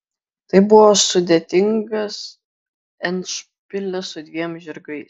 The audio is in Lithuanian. tai buvo sudėtingas endšpilis su dviem žirgais